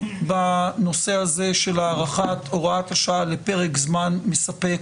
בנושא הזה של הארכת הוראת השעה לפרק זמן מספק